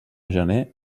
gener